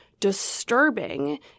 disturbing